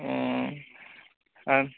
ᱩᱸ ᱟᱨ